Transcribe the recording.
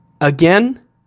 again